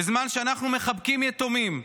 בזמן שאנחנו מחבקים יתומים,